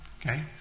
Okay